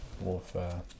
warfare